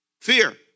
Fear